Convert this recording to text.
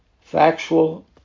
factual